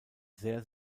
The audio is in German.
sehr